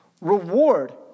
reward